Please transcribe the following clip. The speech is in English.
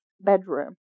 bedroom